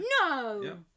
No